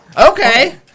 Okay